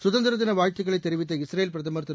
சுதந்திர தின வாழ்த்துக்களை தெரிவித்த இஸ்ரேல் பிரதமர் திரு